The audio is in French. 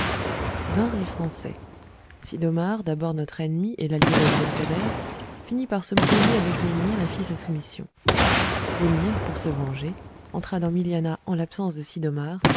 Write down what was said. vinrent les français sid'omar d'abord notre ennemi et l'allié dabd el kader finit par se brouiller avec l'émir et fit sa soumission l'émir pour se venger entra dans milianah en l'absence de